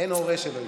אין הורה שלא יקנה.